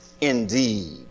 indeed